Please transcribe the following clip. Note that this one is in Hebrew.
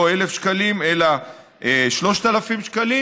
לא 1,000 שקלים אלא 3,000 שקלים.